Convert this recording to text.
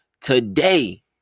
today